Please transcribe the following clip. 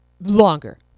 longer